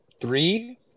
Three